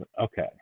Okay